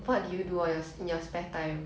什么韩国戏